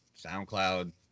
SoundCloud